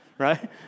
right